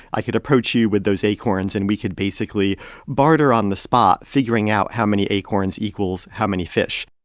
i could approach you with those acorns. and we could basically barter on the spot, figuring out how many acorns equals how many fish.